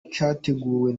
cyateguwe